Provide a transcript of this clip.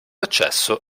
accesso